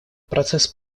процесс